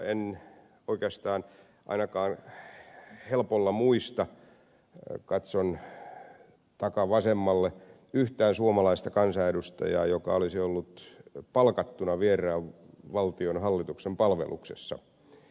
en oikeastaan ainakaan helpolla muista katson takavasemmalle yhtään suomalaista kansanedustajaa joka olisi ollut palkattuna vieraan valtion hallituksen palveluksessa